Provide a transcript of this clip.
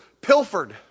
pilfered